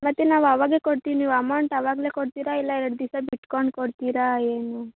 ಮತ್ತು ನಾವು ಅವಾಗ್ಲೇ ಕೊಡ್ತೀವಿ ನೀವು ಅಮೌಂಟ್ ಅವಾಗಲೇ ಕೊಡ್ತೀರಾ ಇಲ್ಲ ಎರಡು ದಿವಸ ಬಿಟ್ಕೊಂಡು ಕೊಡ್ತೀರಾ ಏನು